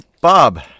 Bob